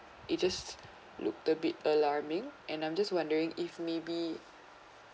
it just looked a bit alarming and I'm just wondering if maybe